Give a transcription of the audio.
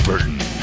Burton